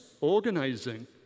organizing